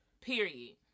Period